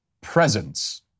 presence